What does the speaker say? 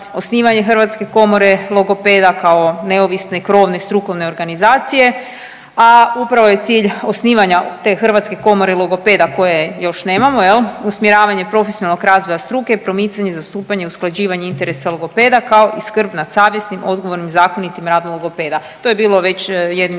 osnivanje hrvatske komore logopeda kao neovisne krovne strukovne organizacije, a upravo je cilj osnivanja te hrvatske komore logopeda koje još nemamo jel, usmjeravanje profesionalnog razvoja struke, promicanje i zastupanje i usklađivanje interesa logopeda kao i skrb na savjesnim, odgovornim, zakonitim radom logopeda. To je bilo već jednim